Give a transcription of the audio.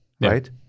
right